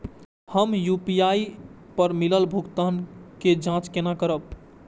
हम यू.पी.आई पर मिलल भुगतान के जाँच केना करब?